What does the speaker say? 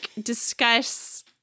discuss